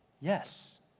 Yes